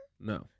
No